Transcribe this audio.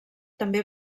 també